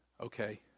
Okay